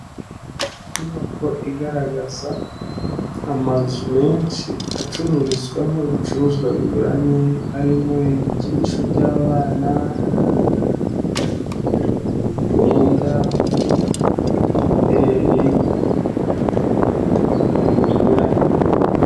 Inyubako igaragaza amazu menshi acururizwamo ibicuruzwa binyuranye harimo ibikinisho by'abana, imyenda, imideri, ibintu binyuranye.